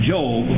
Job